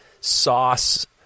sauce